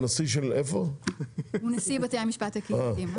הוא נשיא בתי המשפט הקהילתיים.